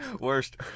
worst